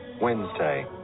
Wednesday